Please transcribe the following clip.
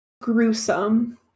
gruesome